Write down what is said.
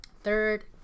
Third